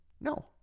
No